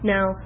Now